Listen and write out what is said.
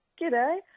G'day